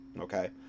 Okay